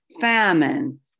famine